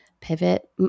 pivot